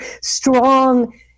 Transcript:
strong